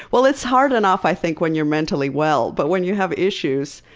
well it's hard enough i think when you're mentally well. but when you have issues,